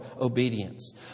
obedience